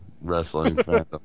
wrestling